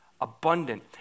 abundant